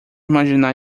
imaginar